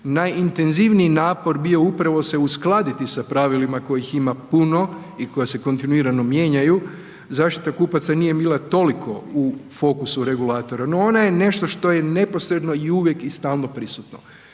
najintenzivniji napor bio upravo se uskladiti sa pravilima kojih ima puno i koji se kontinuirano mijenjaju, zaštita kupaca nije bila toliko u fokusu regulatora, no ona je nešto što je neposredno i uvijek i stalno prisutno.